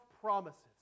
promises